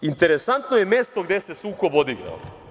Interesantno je mesto gde se sukob odigrao.